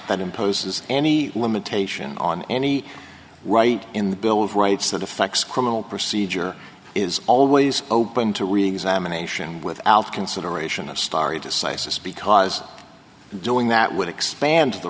imposes any limitation on any right in the bill of rights that affects criminal procedure is always open to reexamination without consideration of stari decisis because doing that would expand the